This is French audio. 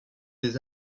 des